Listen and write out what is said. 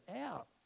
out